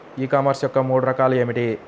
ఈ కామర్స్ యొక్క మూడు రకాలు ఏమిటి?